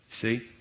see